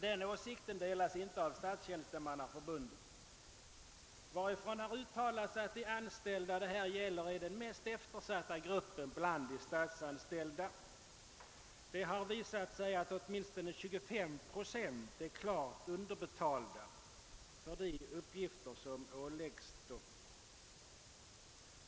Den åsikten delas inte av Statstjänstemannaförbundet, varifrån har uttalats att de anställda det här gäller är den mest eftersatta gruppen bland de statsanställda. Det har visat sig att åtminstone 25 procent är klart underbetalda i förhållande till de uppgifter som åläggs dem.